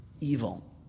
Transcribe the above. evil